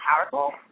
powerful